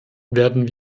werden